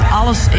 alles